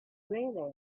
really